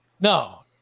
No